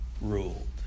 ruled